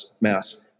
mass